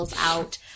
out